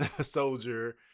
soldier